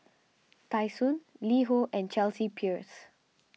Tai Sun LiHo and Chelsea Peers